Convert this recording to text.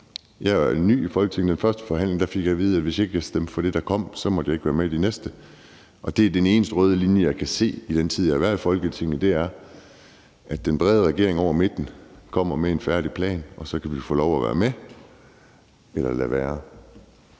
Jeg er ny i Folketinget, og ved den første forhandling fik jeg at vide, at hvis ikke jeg stemte for det, der kom, måtte jeg ikke være med i den næste forhandling. Det er den eneste røde tråd, jeg kan se, fra den tid, jeg har været i Folketinget, er, at den brede regering over midten kommer med en færdig plan, og så kan vi få lov at være med eller lade være.